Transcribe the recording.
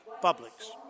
publics